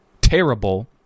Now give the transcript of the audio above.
terrible